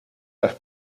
las